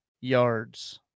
yards